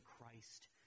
Christ